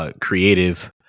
creative